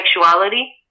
sexuality